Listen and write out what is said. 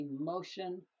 emotion